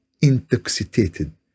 intoxicated